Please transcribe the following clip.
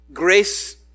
Grace